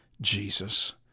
Jesus